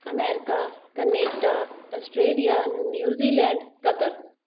America Canada Australia New Zealand Qatar